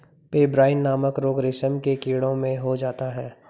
pebrine नामक रोग रेशम के कीड़ों में हो जाता है